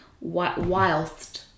whilst